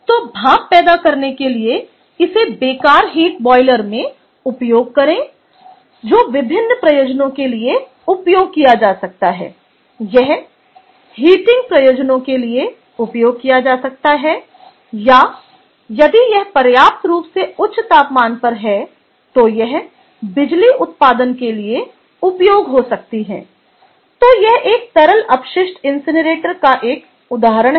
तो भाप पैदा करने के लिए इसे बेकार हीट बॉयलर में उपयोग करें जो विभिन्न प्रयोजनों के लिए उपयोग किया जा सकता है यह हीटिंग प्रयोजनों के लिए उपयोग किया जा सकता है या यदि यह पर्याप्त रूप से उच्च तापमान पर है तो यह बिजली उत्पादन के लिए उपयोग हो सकती हैं तो यह एक तरल अपशिष्ट इनसिनरेटर का एक उदाहरण है